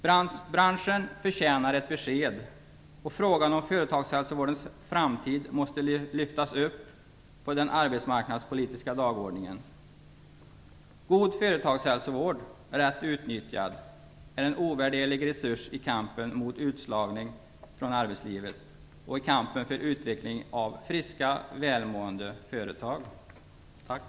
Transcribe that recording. Branschen förtjänar ett besked, och frågan om företagshälsovårdens framtid måste lyftas upp på den arbetsmarknadspolitiska dagordningen. En god företagshälsovård är, rätt utnyttjad, en ovärderlig resurs i kampen mot utslagning från arbetslivet och i kampen för en utveckling av friska och välmående företag. Tack!